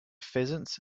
pheasants